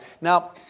Now